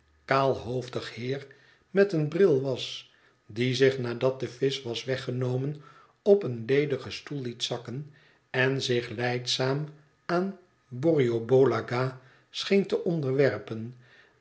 kaalhoofdig heer met een bril was die zich nadat de visch was weggenomen op een ledigen stoel liet zakken en zich lijdzaam aan borrioboola gha scheen te onderwerpen